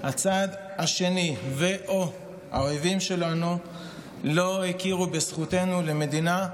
הצד השני ו/או האויבים שלנו לא הכירו בזכותנו למדינה,